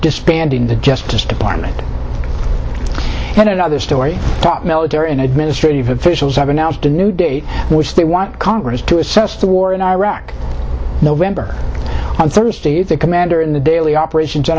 disbanding the justice department and another story top military and administrative officials have announced a new date which they want congress to assess the war in iraq november on thursday if the commander in the daily operations in